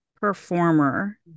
performer